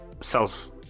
self